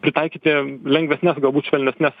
pritaikyti lengvesnes galbūt švelnesnes